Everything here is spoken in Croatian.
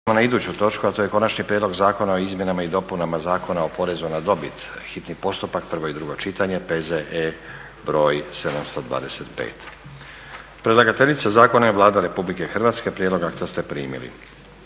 na iduću točku, a to je - Konačni prijedlog zakona o izmjenama i dopunama Zakona o porezu na dobit, hitni postupak, prvo i drugo čitanje, P.Z.E. br. 725 Predlagateljica zakona je Vlada Republike Hrvatske. Prijedlog akta ste primili.